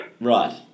Right